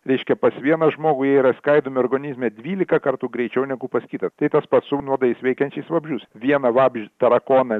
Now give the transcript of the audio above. reiškia pas vieną žmogų jie yra skaidomi organizme dvylika kartų greičiau negu pas kitą tai tas pats su nuodais veikiančiais vabzdžius vieną vabzdį tarakoną